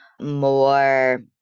more